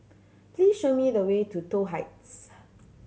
please show me the way to Toh Heights